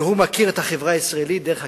והוא מכיר את החברה הישראלית דרך הכלא,